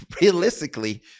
realistically